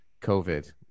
covid